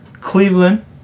Cleveland